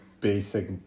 basic